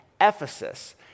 Ephesus